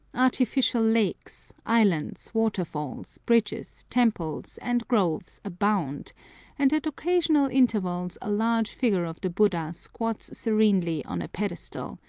artificial lakes, islands, waterfalls, bridges, temples, and groves abound and at occasional intervals a large figure of the buddha squats serenely on a pedestal,